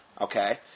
Okay